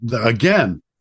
again